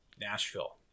Nashville